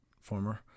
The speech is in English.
former